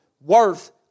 worth